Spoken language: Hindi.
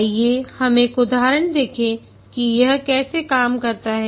आइए हम एक उदाहरण देखें कि यह कैसे काम करता है